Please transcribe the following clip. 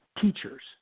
teachers